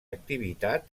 activitat